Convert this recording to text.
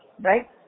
Right